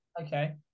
Okay